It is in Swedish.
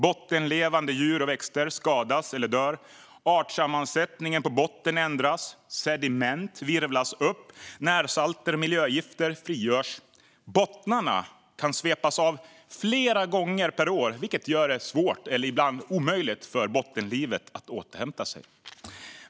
Bottenlevande djur och växter skadas eller dör, artsammansättningen på botten ändras, sediment virvlar upp och närsalter och miljögifter frigörs. Bottnarna kan svepas av flera gånger om året, vilket gör det svårt eller ibland omöjligt för bottenlivet att återhämta sig.